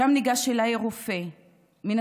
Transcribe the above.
ושם ניגש אליי רופא מנתח.